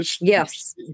yes